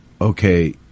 okay